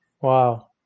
Wow